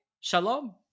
Shalom